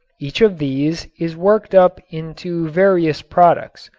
each of these is worked up into various products,